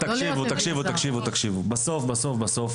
בסוף,